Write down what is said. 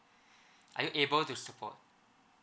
are you able to support